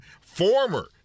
former